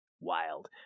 wild